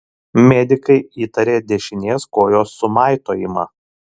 medikai įtarė dešinės kojos sumaitojimą